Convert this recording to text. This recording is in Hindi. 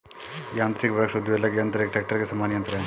यान्त्रिक वृक्ष उद्वेलक यन्त्र एक ट्रेक्टर के समान यन्त्र है